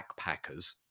backpackers